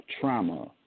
trauma